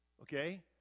okay